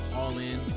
all-in